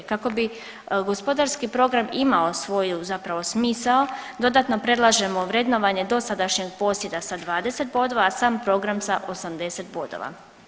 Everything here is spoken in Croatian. Kako bi gospodarski program imao svoju zapravo smisao dodatno predlažemo vrednovanje dosadašnjeg posjeda sa 20 bodova, a sam program sa 80 bodova.